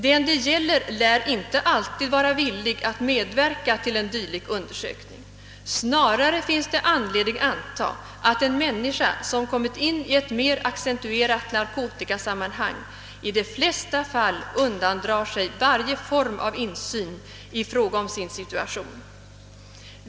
Den det gäller lär inte alltid vara villig att medverka till en dylik undersökning. Snarare finns anledning antaga att en människa, som kommit in i ett mer accentuerat narkotikasammanhang, i de flesta fall undandrar sig varje form av insyn i fråga om sin situation.